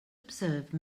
observe